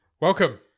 Welcome